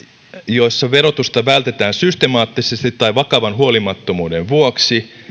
joissa verotusta vältetään systemaattisesti tai vakavan huolimattomuuden vuoksi